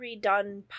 redone